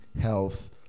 health